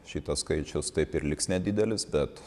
šitas skaičius taip ir liks nedidelis bet